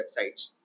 websites